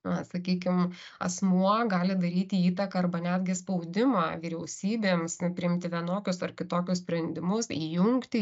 na sakykim asmuo gali daryti įtaką arba netgi spaudimą vyriausybėms priimti vienokius ar kitokius sprendimus įjungti